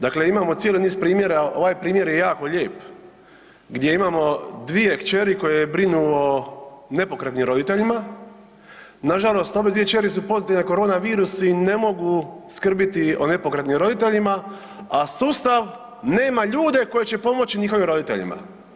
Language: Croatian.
Dakle, imamo cijeli niz primjera, ovaj primjer je jako lijep gdje imamo dvije kćeri koje brinu o nepokretnim roditeljima, nažalost obje kćeri su pozitivne na korona virus i ne mogu skrbiti o nepokretnim roditeljima, a sustav nema ljude koji će pomoći njihovim roditeljima.